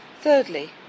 Thirdly